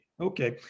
Okay